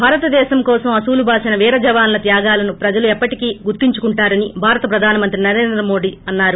భారత దేశం కోసం తమ అసువులు బాసిన అమర జవాన్ల త్యాగాలను ప్రజలు ఎప్పటికి గుర్తుంచుకుంటారని భారత ప్రధానమంత్రి నరేంద్ర మోడీ అన్నారు